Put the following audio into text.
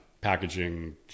packaging